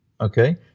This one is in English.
okay